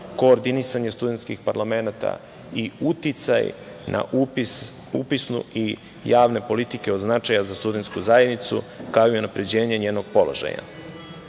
koordinisanje studenskih parlamenata i uticaj na upisnu i javne politike od značaja za studensku zajednicu kao i unapređenje njenog